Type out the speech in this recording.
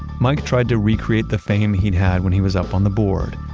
mike tried to recreate the fame he'd had when he was up on the board.